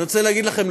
אני רוצה להגיד לכם,